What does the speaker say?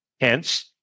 Hence